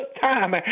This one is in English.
time